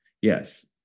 Yes